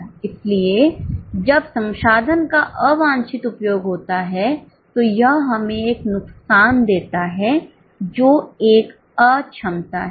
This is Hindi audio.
इसलिए जब संसाधन का अवांछित उपयोग होता है तो यह हमें एक नुकसान देता है जो एक अक्षमता है